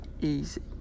easy